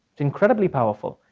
incredibly powerful,